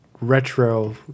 retro